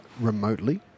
remotely